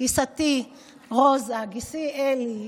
גיסתי רוזה, גיסי אלי,